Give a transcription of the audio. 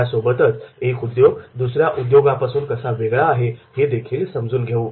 यासोबतच एक उद्योग दुसर्या उद्योगापासून कसा वेगळा आहे हे देखील समजून घेऊ